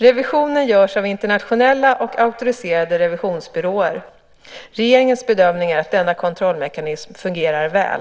Revisionen görs av internationella och auktoriserade revisionsbyråer. Regeringens bedömning är att denna kontrollmekanism fungerar väl.